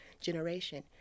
generation